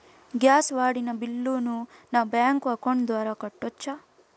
Gas వాడిన బిల్లును నా బ్యాంకు అకౌంట్ ద్వారా కట్టొచ్చా?